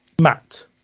Matt